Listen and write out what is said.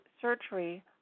Surgery